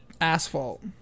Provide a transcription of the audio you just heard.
asphalt